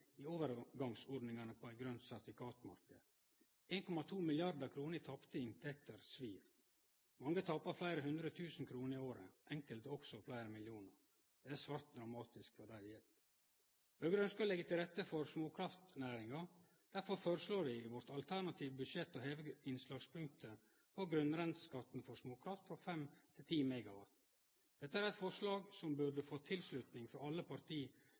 i overgangsordningane for ein grøne-sertifikat-marknad. 1,2 mrd. kr i tapte inntekter svir. Mange tapar fleire hundre tusen kroner i året – enkelte også fleire millionar. Det er svært dramatisk for dei det gjeld. Høgre ønskjer å leggje til rette for småkraftnæringa. Derfor føreslår vi i vårt alternative budsjett å heve innslagspunktet for grunnrenteskatten frå 5 til 10 MW. Dette er eit forslag som burde få tilslutning frå alle parti